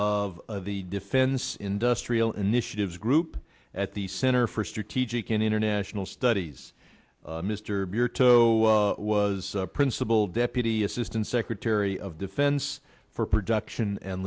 of the defense industrial initiatives group at the center for strategic and international studies mr bure tow was principal deputy assistant secretary of defense for production and